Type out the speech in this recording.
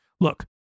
Look